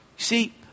See